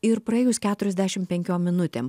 ir praėjus keturiasdešimt penkiom minutėm